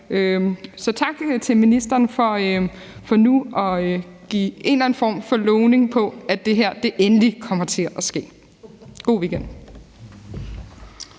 Så tak til ministeren for nu at give en eller anden form for lovning på, at det her endelig kommer til at ske. God weekend.